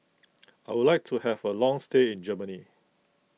I would like to have a long stay in Germany